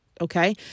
Okay